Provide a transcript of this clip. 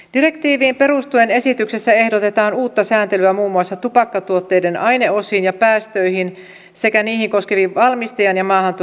direktiiviin perustuen esityksessä ehdotetaan uutta sääntelyä muun muassa tupakkatuotteiden aineosiin ja päästöihin sekä niihin koskeviin valmistajan ja maahantuojan velvollisuuksiin